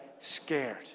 scared